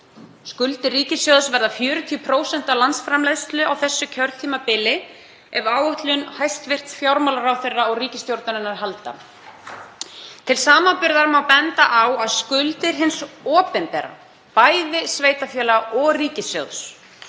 Skuldir ríkissjóðs verða 40% af landsframleiðslu á þessu kjörtímabili ef áætlun hæstv. fjármálaráðherra og ríkisstjórnarinnar heldur. Til samanburðar má benda á að skuldir hins opinbera, bæði sveitarfélaga og ríkissjóðs,